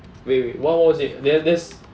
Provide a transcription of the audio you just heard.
wait wait what was it there's there's